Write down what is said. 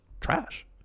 trash